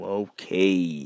okay